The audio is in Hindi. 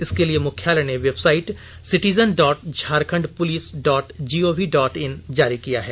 इसके लिए मुख्यालय ने website citizen dot Jharkhand police dot gov dot in जारी किया है